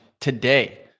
today